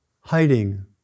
hiding